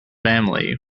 family